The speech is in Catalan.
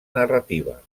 narrativa